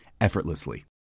effortlessly